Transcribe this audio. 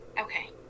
okay